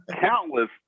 countless